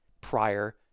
prior